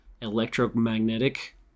Electromagnetic